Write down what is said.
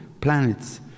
planets